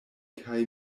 kaj